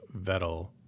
Vettel